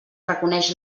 reconeix